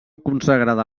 consagrada